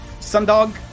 Sundog